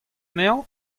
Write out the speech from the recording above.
anezhañ